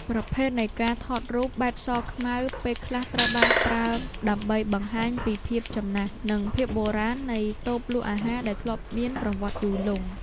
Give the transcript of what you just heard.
ប្រភេទនៃការថតរូបបែបសខ្មៅ ពេលខ្លះត្រូវបានប្រើដើម្បីបង្ហាញពីភាពចំណាស់ និងភាពបុរាណនៃតូបលក់អាហារដែលធ្លាប់មានប្រវត្តិយូរលង់។